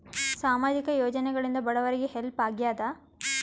ಸಾಮಾಜಿಕ ಯೋಜನೆಗಳಿಂದ ಬಡವರಿಗೆ ಹೆಲ್ಪ್ ಆಗ್ಯಾದ?